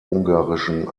ungarischen